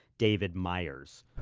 david myers